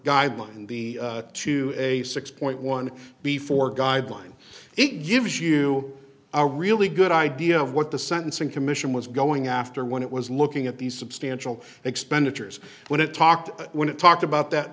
guidelines and the two a six point one before guideline it gives you a really good idea of what the sentencing commission was going after when it was looking at these substantial expenditures when it talked when it talked about that